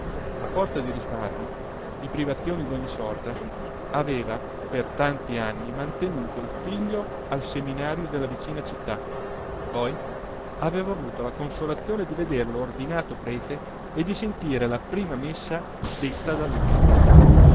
a forza di risparmii di privazioni d'ogni sorta aveva per tanti anni mantenuto il figlio al seminario della vicina città poi aveva avuto la consolazione di vederlo ordinato prete e di sentire la prima messa detta da lui